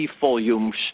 volumes